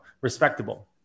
respectable